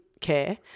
care